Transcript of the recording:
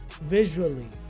visually